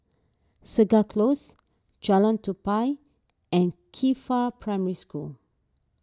Segar Close Jalan Tupai and Qifa Primary School